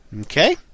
Okay